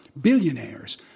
billionaires